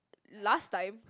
last time